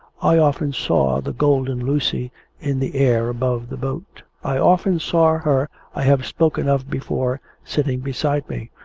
i often saw the golden lucy in the air above the boat. i often saw her i have spoken of before, sitting beside me.